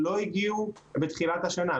לא הגיעו בתחילת השנה.